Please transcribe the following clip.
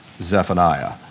Zephaniah